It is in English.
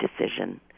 decision